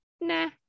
nah